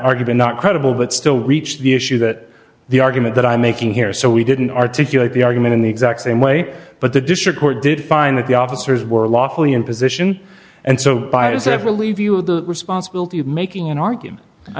argument not credible but still reach the issue that the argument that i'm making here so we didn't articulate the argument in the exact same way but the district court did find that the officers were lawfully in position and so it is ever leave you with the responsibility of making an argument i